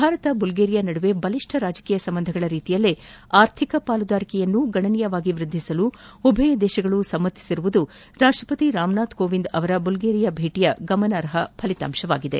Bharat Bulgaria ನಡುವೆ ಬಲಿಷ್ಣ ರಾಜಕೀಯ ಸಂಬಂಧಗಳ ರೀತಿಯಲ್ಲೇ ಆರ್ಥಿಕ ಪಾಲುದಾರಿಕೆಯನ್ನು ಗಣನೀಯವಾಗಿ ವ್ವದ್ದಿಸಲು ಉಭಯ ದೇಶಗಳು ಸಮ್ಮತಿಸಿರುವುದು ರಾಷ್ಟ್ರಪತಿ ರಾಮನಾಥ್ ಕೋವಿಂದ್ ಅವರ ಬಲ್ಗೇರಿಯಾ ಭೇಟಿಯ ಗಮನಾರ್ಹ ಫಲಿತಾಂಶವಾಗಿದೆ